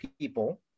people